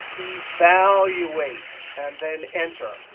evaluate, and then enter.